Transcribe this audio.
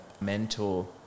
mentor